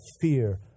fear